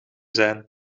zijn